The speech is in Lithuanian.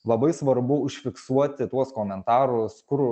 labai svarbu užfiksuoti tuos komentarus kur